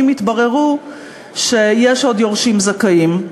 אם יתברר שיש עוד יורשים זכאים.